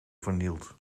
vernield